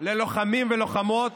ללוחמים ולוחמות,